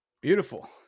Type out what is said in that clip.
beautiful